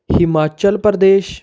Himachal Pradesh